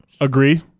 Agree